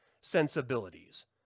sensibilities